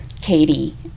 Katie